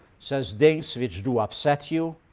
says things which do upset you,